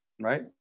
Right